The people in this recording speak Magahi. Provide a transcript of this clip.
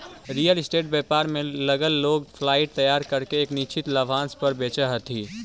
रियल स्टेट व्यापार में लगल लोग फ्लाइट तैयार करके एक निश्चित लाभांश पर बेचऽ हथी